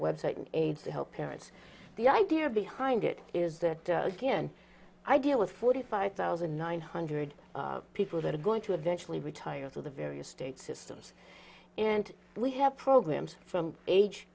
website and aid to help parents the idea behind it is that again i deal with forty five thousand nine hundred people that are going to eventually retire to the various state systems and we have programs from age